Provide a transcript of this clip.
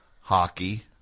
Hockey